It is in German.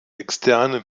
externe